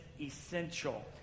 essential